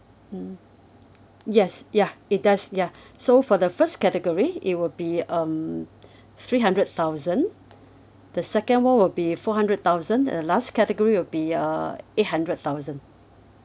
mm yes ya it does ya so for the first category it will be um three hundred thousand the second one will be four hundred thousand the last category will be uh eight hundred thousand